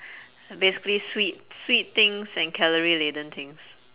basically sweet sweet things and calorie laden things